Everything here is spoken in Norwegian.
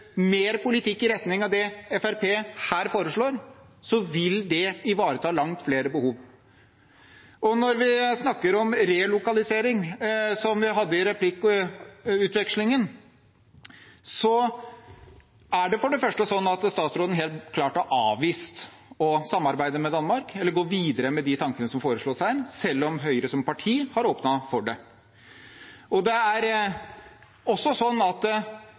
mer politikk i retning av det Fremskrittspartiet her foreslår, vil det ivareta langt flere behov. Når man snakker om relokalisering, som vi gjorde i replikkordvekslingen, er det for det første sånn at statsråden helt klart har avvist å samarbeide med Danmark eller gå videre med de tankene som foreslås der, selv om Høyre som parti har åpnet for det. Det er også sånn at